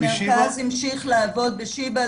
המרכז המשיך לעבוד בשיבא,